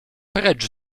precz